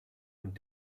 und